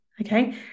Okay